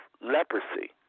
leprosy